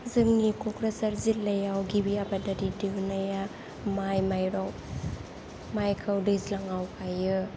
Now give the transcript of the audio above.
जोंनि क'क्राझार जिल्लायाव गिबि आबादारि दिहुननाया माइ माइरं माइखौ दैज्लाङाव गायो